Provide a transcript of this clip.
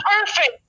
perfect